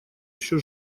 еще